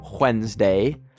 Wednesday